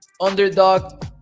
underdog